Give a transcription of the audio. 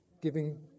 giving